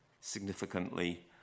significantly